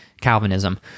Calvinism